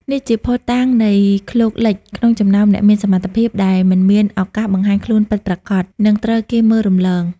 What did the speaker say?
នេះជាភស្តុតាងនៃ "ឃ្លោកលិច" ក្នុងចំណោមអ្នកមានសមត្ថភាព ដែលមិនមានឱកាសបង្ហាញខ្លួនពិតប្រាកដ និងត្រូវគេមើលរំលង។